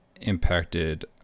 impacted